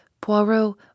Poirot